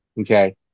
Okay